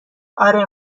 اره